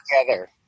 together